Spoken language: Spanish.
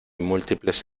múltiples